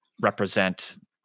represent